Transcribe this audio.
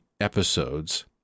episodes